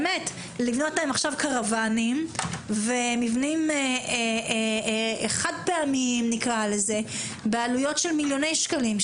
לבנות להם עכשיו קרוואנים ומבנים חד-פעמיים בעלויות של מיליוני שקלים,